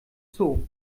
zoo